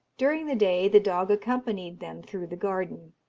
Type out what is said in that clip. during the day the dog accompanied them through the garden,